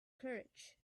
courage